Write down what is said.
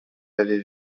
avez